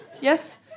Yes